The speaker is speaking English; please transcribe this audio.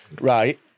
right